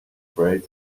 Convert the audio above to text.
fresh